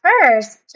first